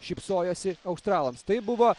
šypsojosi australams tai buvo